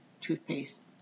toothpaste